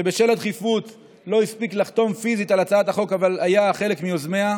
שבשל הדחיפות לא הספיק לחתום פיזית על הצעת החוק אבל היה אחד מיוזמיה,